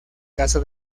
caso